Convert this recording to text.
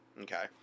okay